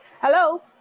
hello